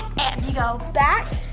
and we go back,